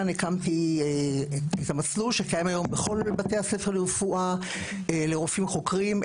הקמתי את המסלול שקיים היום בכל בתי הספר לרפואה לרופאים חוקרים,